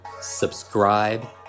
subscribe